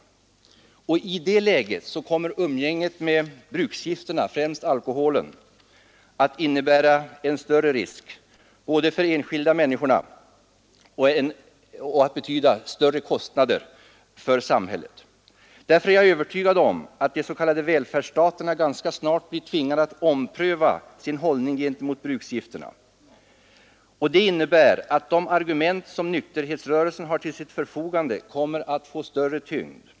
I det läget kommer umgänget med bruksgifterna, främst alkoholen, att innebära större risker för de enskilda människorna och medföra större kostnader för samhället. Därför är jag övertygad om att de s.k. välfärdsstaterna ganska snart blir tvingade att ompröva sin hållning gentemot bruksgifterna. Det innebär att de argument som nykterhetsrörelsen har till sitt förfogande kommer att få allt större tyngd.